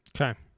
Okay